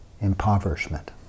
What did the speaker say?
impoverishment